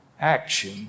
action